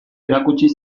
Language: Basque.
erakutsi